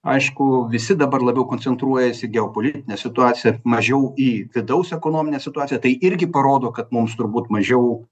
aišku visi dabar labiau koncentruojasi į geopolitinę situaciją mažiau į vidaus ekonominę situaciją tai irgi parodo kad mums turbūt mažiau